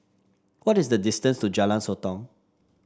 what is the distance to Jalan Sotong